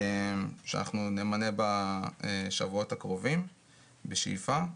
שאנחנו נמנה בשבועות הקרובים בשאיפה.